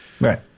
Right